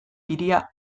hiria